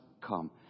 come